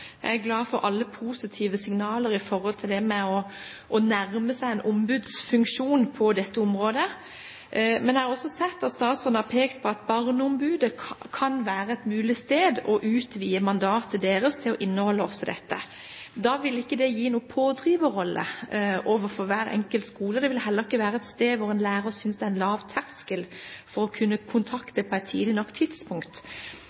jeg lyttet veldig til hva regjeringspartiene har sagt her i dag. Jeg er glad for alle positive signaler i forhold til det med å nærme seg en ombudsfunksjon på dette området. Men jeg har også sett at statsråden har pekt på at det kan være mulig å utvide barneombudets mandat til å inneholde også dette. Da vil ikke det gi noen pådriverrolle overfor hver enkelt skole. Det vil heller ikke være en lav terskel